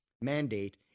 mandate